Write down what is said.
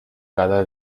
cada